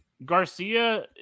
Garcia